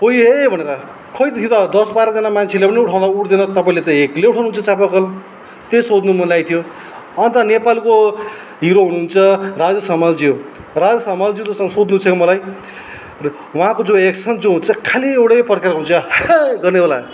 कोई है भनेर खोइ त यो त दस बाह्रजना मान्छेले पनि उठाउँदा उठ्दैन तपाईँले त एक्लै उठाउनुहुन्छ चापाकल त्यही सोध्नु मन लागेको थियो अन्त नेपालको हिरो हुनुहुन्छ राजेश हमालज्यू राजेश हमालज्यूसँग सोध्नु छ मलाई र उहाँको जो एक्सन जो हुन्छ खालि एउटै प्रकारको हुन्छ है गर्नेवाला